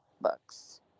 books